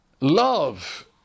Love